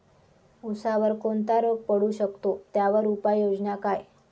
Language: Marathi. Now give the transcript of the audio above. ऊसावर कोणता रोग पडू शकतो, त्यावर उपाययोजना काय?